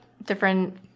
Different